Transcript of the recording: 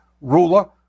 ruler